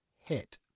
hit